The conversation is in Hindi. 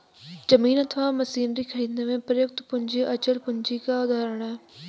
जमीन अथवा मशीनरी खरीदने में प्रयुक्त पूंजी अचल पूंजी का उदाहरण है